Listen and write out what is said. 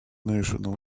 national